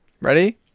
Ready